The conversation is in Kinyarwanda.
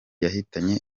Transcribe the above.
yahitanye